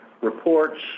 reports